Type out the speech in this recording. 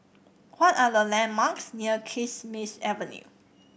what are the landmarks near Kismis Avenue